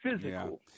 physical